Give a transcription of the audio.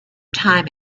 time